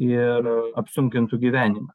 ir apsunkintų gyvenimą